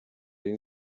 این